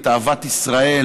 את אהבת ישראל,